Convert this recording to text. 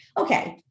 okay